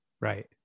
Right